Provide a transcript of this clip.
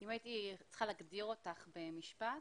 אם הייתי צריכה להגדיר אותך במשפט,